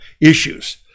issues